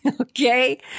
Okay